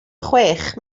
chwech